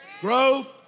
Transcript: growth